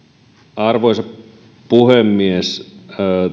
arvoisa puhemies